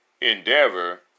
endeavor